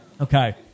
Okay